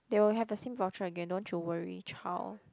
they will have a same voucher again don't you worry child